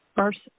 First